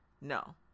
no